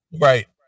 Right